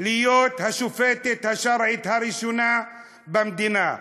להיות השופטת השרעית הראשונה במדינה.